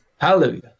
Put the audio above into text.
Hallelujah